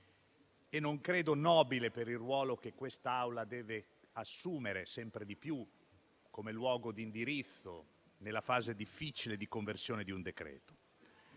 e non credo nobile per il ruolo che quest'Aula deve assumere sempre di più come luogo di indirizzo nella fase difficile di conversione di un decreto.